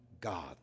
God